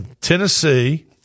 Tennessee